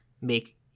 make